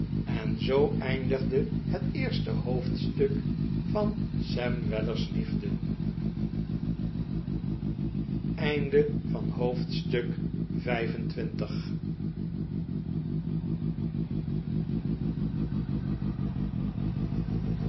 en zoo eindigde het eerste hoofdstuk van sam weller's liefde hoofdstuk